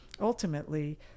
ultimately